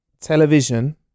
television